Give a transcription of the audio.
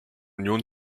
union